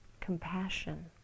compassion